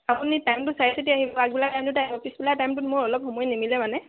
আপুনি টাইমটো চাই চিতি আহিব আগবেল টাইমটোতে আহিব পিছবেলা টাইমটোত মোৰ অলপ সময় নিমিলে মানে